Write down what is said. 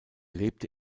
lebte